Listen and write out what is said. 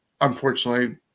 unfortunately